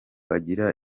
agira